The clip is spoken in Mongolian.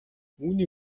үүний